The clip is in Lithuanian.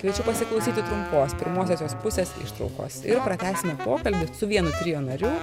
kviečiu pasiklausyti trumpos pirmosios jos pusės ištraukos ir pratęsime pokalbį su vienu trio nariu